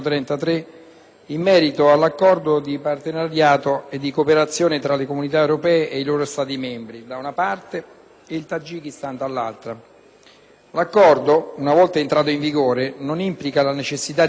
L'Accordo, una volta entrato in vigore, non implica la necessità di adottare elementi innovativi nel quadro della legislazione italiana, né pone problematiche di compatibilità con il diritto comunitario in quanto trattasi